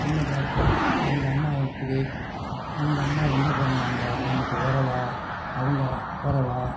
பொண்ணை பார்த்து அவங்க அம்மா எப்படி அவங்க அம்மா எங்கே பிறந்தாங்க நமக்கு உறவா அவங்க உறவா